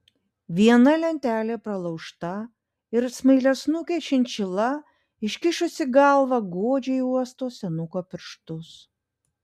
viena lentelė pralaužta ir smailiasnukė šinšila iškišusi galvą godžiai uosto senuko pirštus